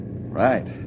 Right